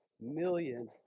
million